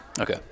Okay